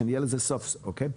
שיהיה לזה סוף, אוקי?